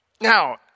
Now